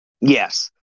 Yes